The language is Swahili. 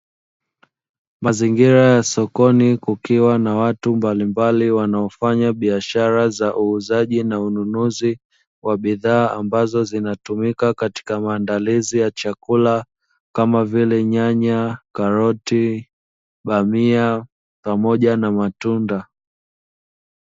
Mazingira ya sokoni kukiwa na watu mbalimbali wanaofanya biashara za uuzaji na ununuzi wa bidhaa ambazo zinatumika katika maandalizi ya chakula kama vile nyanya, karoti, bamia pamoja na matunda.